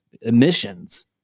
emissions